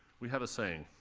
we have a saying.